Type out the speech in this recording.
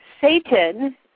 Satan